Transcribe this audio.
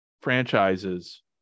franchises